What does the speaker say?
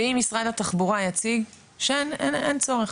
ואם משרד התחבורה יציג שאין צורך,